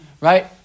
right